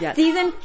season